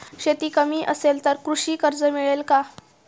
शेती कमी असेल तर कृषी कर्ज मिळेल का?